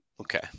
okay